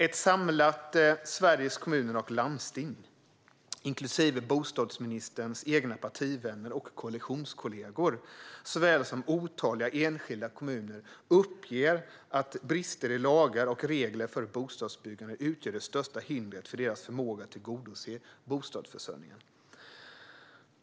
Ett samlat Sveriges Kommuner och Landsting inklusive bostadsministerns egna partivänner och koalitionskollegor såväl som otaliga enskilda kommuner uppger att brister i lagar och regler för bostadsbyggande utgör det största hindret för deras förmåga att tillgodose bostadsförsörjningen.